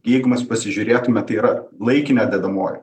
jeigu mes pasižiūrėtumėme tai yra laikina dedamoji